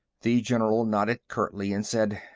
the general nodded curtly and said,